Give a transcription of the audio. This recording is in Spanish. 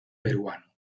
peruano